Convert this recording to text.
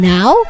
Now